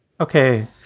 Okay